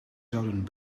zouden